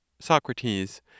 Socrates